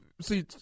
see